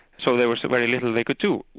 so there was very little they could do.